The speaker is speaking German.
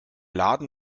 laden